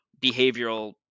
behavioral